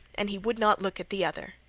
and he would not look at the other.